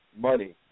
money